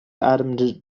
atoms